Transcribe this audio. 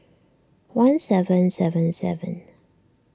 one seven seven seven